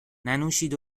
ننوشید